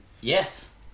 Yes